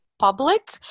public